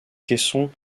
caisson